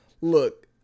look